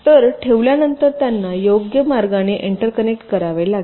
तर ठेवल्यानंतर त्यांना योग्य मार्गाने एंटरकनेक्ट करावे लागेल